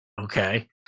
Okay